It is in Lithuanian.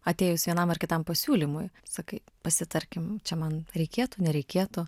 atėjus vienam ar kitam pasiūlymui sakai pasitarkim čia man reikėtų nereikėtų